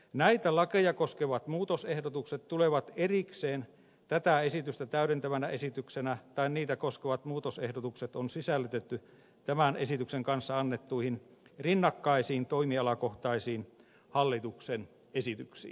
näitä lakeja koskevat muutosehdotukset tulevat erikseen tätä esitystä täydentävänä esityksenä tai niitä koskevat muutosehdotukset on sisällytetty tämän esityksen kanssa annettuihin rinnakkaisiin toimialakohtaisiin hallituksen esityksiin